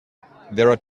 are